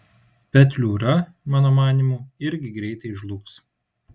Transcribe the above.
petliūra mano manymu irgi greit žlugs